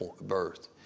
birth